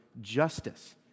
justice